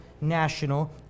national